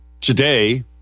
Today